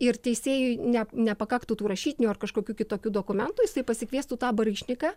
ir teisėjui ne nepakaktų tų rašytinių ar kažkokių kitokių dokumentų jisai pasikviestų tą baryšniką